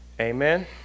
Amen